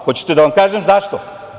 Hoćete da vam kažem zašto?